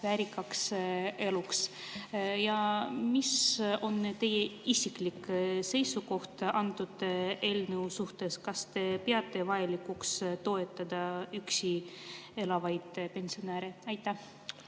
väärikaks eluks? Mis on teie isiklik seisukoht selle eelnõu suhtes? Kas te peate vajalikuks toetada üksi elavaid pensionäre? Aitäh!